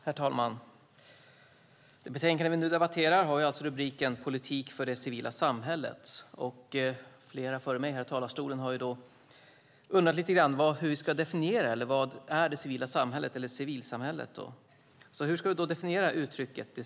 Herr talman! Det betänkande vi nu debatterar har rubriken Politik för det civila samhället . Flera före mig i talarstolen har undrat hur man ska definiera uttrycket "det civila samhället", eller "civilsamhället", och vad det är.